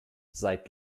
seit